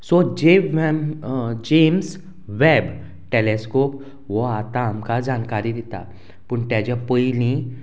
so James James web telescope वो आतां आमकां जानकारी दिता पूण तेज्या पयली